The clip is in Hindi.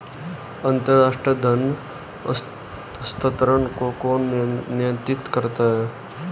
अंतर्राष्ट्रीय धन हस्तांतरण को कौन नियंत्रित करता है?